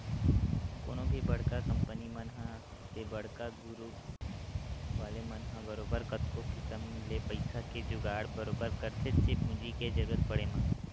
कोनो भी बड़का कंपनी मन ह ते बड़का गुरूप वाले मन ह बरोबर कतको किसम ले पइसा के जुगाड़ बरोबर करथेच्चे पूंजी के जरुरत पड़े म